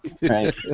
right